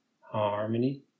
Harmony